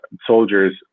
Soldiers